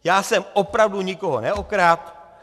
Já jsem opravdu nikoho neokradl.